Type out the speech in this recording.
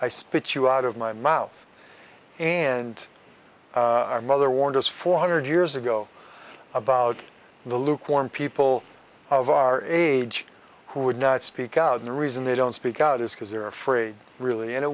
spit you out of my mouth and our mother warned us four hundred years ago about the lukewarm people of our age who would not speak out and the reason they don't speak out is because they're afraid really and it